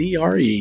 CRE